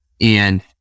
And-